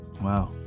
wow